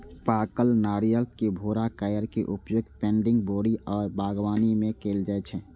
पाकल नारियलक भूरा कॉयर के उपयोग पैडिंग, बोरी आ बागवानी मे कैल जाइ छै